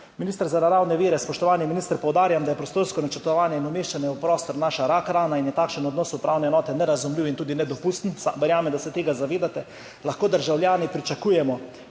Minister za naravne vire, spoštovani minister, poudarjam, da je prostorsko načrtovanje in umeščanje v prostor naša rak rana in je takšen odnos upravne enote nerazumljiv in tudi nedopusten. Verjamem, da se tega zavedate. Zanima me: Ali lahko državljani pričakujemo